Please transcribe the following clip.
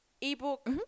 ebook